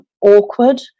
awkward